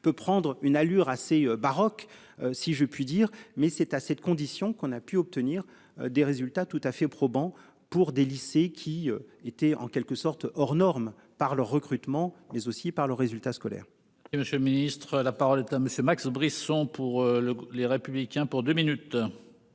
peut prendre une allure assez baroque, si je puis dire, mais c'est à cette condition qu'on a pu obtenir des résultats tout à fait probant pour des lycées qui était en quelque sorte hors normes par le recrutement mais aussi par le résultat scolaire. Et Monsieur le Ministre, la parole est à monsieur Max Brisson pour le les républicains pour 2 minutes.